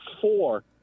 four